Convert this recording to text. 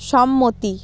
সম্মতি